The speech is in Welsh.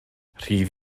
rhydd